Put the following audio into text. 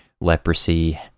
leprosy